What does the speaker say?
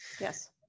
Yes